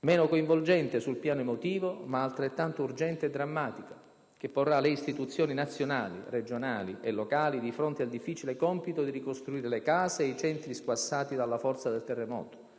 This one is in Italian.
meno coinvolgente sul piano emotivo ma altrettanto urgente e drammatica, che porrà le istituzioni nazionali, regionali e locali di fronte al difficile compito di ricostruire le case e i centri squassati dalla forza del terremoto,